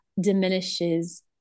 diminishes